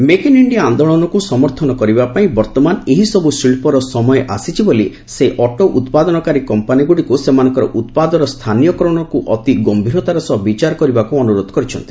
make in India ଆନ୍ଦୋଳନକୁ ସମର୍ଥନ କରିବାପାଇଁ ବର୍ତ୍ତମାନ ଏହିସବୁ ଶିଳ୍ପର ସମୟ ଆସିଛି ବୋଲି ସେ ଅଟୋ ଉତ୍ପାଦନକାରୀ କମ୍ପାନୀଗୁଡ଼ିକୁ ସେମାନଙ୍କର ଉତ୍ପାଦର ସ୍ଥାନୀୟକରଣକୁ ଅତି ଗୟୀରତାର ସହିତ ବିଚାର କରିବାକୁ ଅନୁରୋଧ କରିଛନ୍ତି